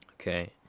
Okay